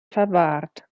verwahrt